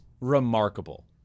remarkable